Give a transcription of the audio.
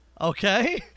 Okay